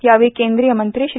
यावेळी केंद्रीय मंत्री श्री